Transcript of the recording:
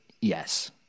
Yes